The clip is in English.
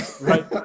Right